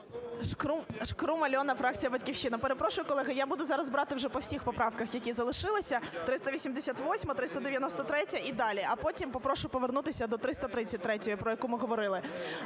ШкрумАльона, фракція "Батьківщина". Перепрошую, колеги, я буду зараз брати вже по всіх поправках, які залишилися: 388-а, 393-я і далі. А потім попрошу повернутися до 333-ї, про яку ми говорили.